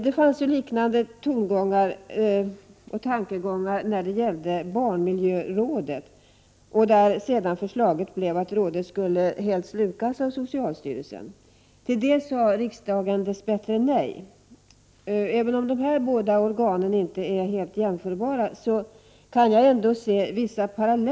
Det fanns ju liknande tankegångar vad gällde barnmiljörådet, där sedan förslaget blev att rådet skulle slukas av socialstyrelsen. Till det sade riksdagen dess bättre nej. Även om de här båda organen inte är helt jämförbara kan jag se vissa paralleller, och jag menar att — Prot.